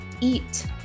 eat